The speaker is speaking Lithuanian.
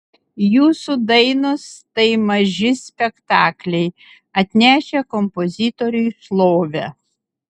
jūsų dainos tai maži spektakliai atnešę kompozitoriui šlovę